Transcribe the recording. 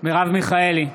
מרב מיכאלי,